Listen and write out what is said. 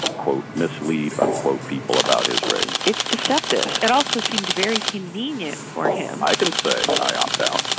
quote, mislead, unquote, people about his race. it's deceptive. it also seemed very convenient for him i can say i opt out.